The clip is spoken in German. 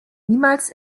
niemals